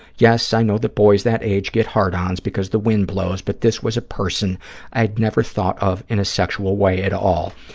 yes, i know that boys that age get hard-ons because the wind blows, but this was a person never thought of in a sexual way at all,